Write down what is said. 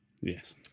Yes